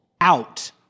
out